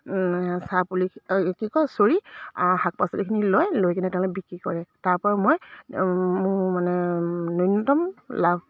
চাহ পুলি কি কয় চৰি শাক পাচলিখিনি লয় লৈ কিনে তেওঁলোকে বিক্ৰী কৰে তাৰ পৰা মই মোৰ মানে নূনতম লাভ